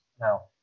now